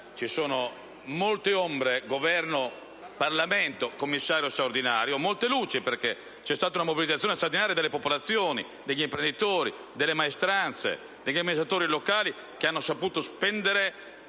ci sono molte ombre Governo-Parlamento-commissario straordinario e molte luci perché c'è stata una mobilitazione straordinaria delle popolazioni, degli imprenditori, delle maestranze, degli amministratori locali che hanno saputo spendere